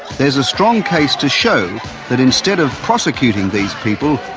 there is a strong case to show that instead of prosecuting these people,